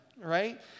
right